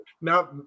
Now